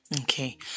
Okay